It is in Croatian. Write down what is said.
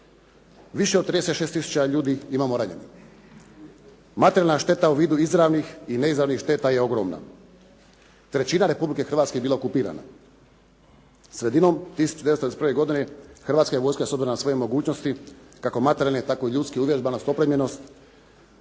Više od 36 tisuća ljudi imamo ranjenih. Materijalna šteta u vidu izravnih i neizravnih šteta je ogromna. Trećina Republike Hrvatske je bila okupirana. Sredinom 1991. godine Hrvatska je vojska s obzirom na svoje mogućnosti, kako materijalne, tako i ljudske, uvježbanost, opremljenost